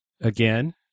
again